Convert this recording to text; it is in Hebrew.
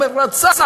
הוא אומר: רצחתי,